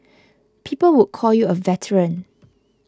people would call you a veteran